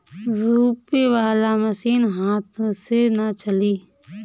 रोपे वाला मशीन हाथ से ना चली